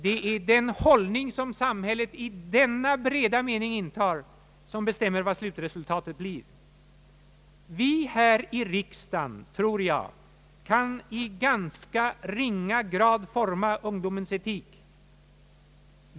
Det är den hållning som samhället i denna breda mening intar som bestämmer vad slutresultatet blir. Vi här i riksdagen kan i ganska ringa grad forma ungdomens etik.